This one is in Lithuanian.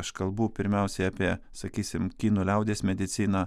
aš kalbu pirmiausiai apie sakysim kinų liaudies mediciną